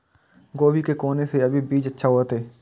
गोभी के कोन से अभी बीज अच्छा होते?